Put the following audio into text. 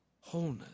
wholeness